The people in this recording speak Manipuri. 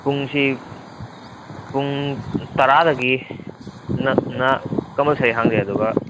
ꯄꯨꯡꯁꯤ ꯄꯨꯡ ꯇꯔꯥꯗꯒꯤ ꯀꯝꯄꯜꯁꯔꯤ ꯍꯥꯡꯖꯩ ꯑꯗꯨꯒ